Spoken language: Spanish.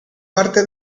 parte